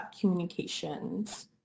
communications